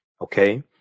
Okay